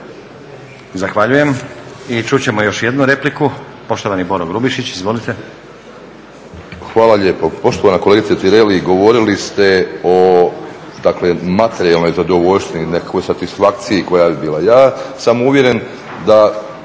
Zahvaljujem. I čut ćemo još jednu repliku, poštovani Boro Grubišić. Izvolite. **Grubišić, Boro (HDSSB)** Hvala lijepo. Poštovana kolegice Tireli govorili ste o dakle materijalnoj zadovoljštini, nekakvoj satisfakciji koja bi bila, ja sam uvjeren da